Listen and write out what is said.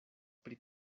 pri